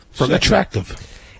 attractive